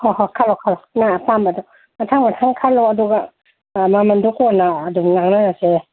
ꯍꯣꯏ ꯍꯣꯏ ꯈꯜꯂꯣ ꯈꯜꯂꯣ ꯅꯣꯏ ꯑꯄꯥꯝꯕꯗꯣ ꯃꯊꯪ ꯃꯊꯪ ꯈꯜꯂꯣ ꯑꯗꯨꯒ ꯃꯃꯟꯗꯣ ꯀꯣꯟꯅ ꯑꯗꯨꯝ ꯉꯥꯡꯅꯔꯁꯦ